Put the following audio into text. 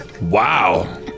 Wow